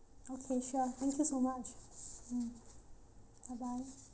okay sure thank you so much mm bye bye